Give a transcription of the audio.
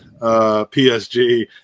PSG